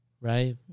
right